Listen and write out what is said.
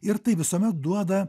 ir tai visuomet duoda